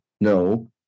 No